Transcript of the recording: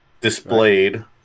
displayed